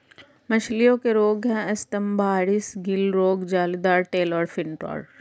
मछलियों के रोग हैं स्तम्भारिस, गिल रोग, जलोदर, टेल और फिन रॉट